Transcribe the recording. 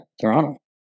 Toronto